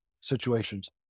situations